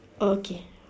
okay